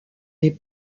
n’est